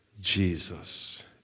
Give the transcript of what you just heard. jesus